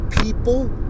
people